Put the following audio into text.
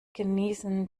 genießen